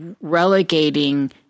relegating